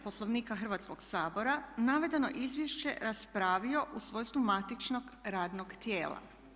Poslovnika Hrvatskoga sabora navedeno izvješće raspravio u svojstvu matičnog radnog tijela.